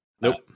Nope